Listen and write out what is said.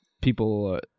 people